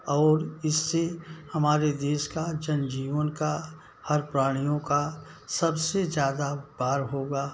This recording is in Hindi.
और इससे हमारे देश का जन जीवन का हर प्राणियों का सब से ज़्यादा उपकार होगा